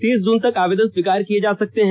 तीस जून तक आवेदन स्वीकार किये जा सकते हैं